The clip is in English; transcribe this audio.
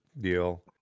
deal